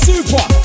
Super